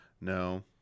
no